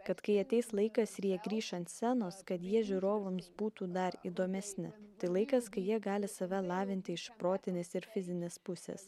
kad kai ateis laikas ir jie grįš scenos kad jie žiūrovams būtų dar įdomesni tai laikas kai jie gali save lavinti iš protinės ir fizinės pusės